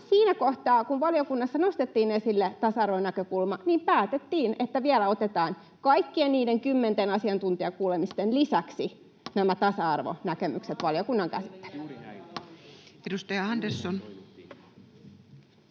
Siinä kohtaa, kun valiokunnassa nostettiin esille tasa-arvonäkökulma, päätettiin, että vielä otetaan kaikkien niiden kymmenten asiantuntijakuulemisten lisäksi nämä tasa-arvonäkemykset valiokunnan käsittelyyn. [Sosiaalidemokraattien